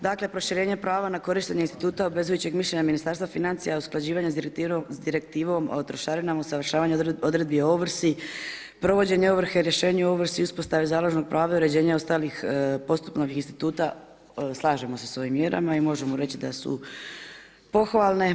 Dakle, proširenje prava na korištenje instituta obvezujućeg mišljenja Ministarstva financija, usklađivanje s direktivom o trošarina, usavršavanje odredbi o ovrsi, provođenje ovrhe, rješenje o ovrsi i uspostavi založnog prava i uređenje ostalih postupnog instituta, slažemo se s ovim mjerama i možemo reći da su pohvalne.